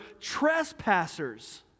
trespassers